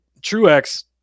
Truex